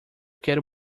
quero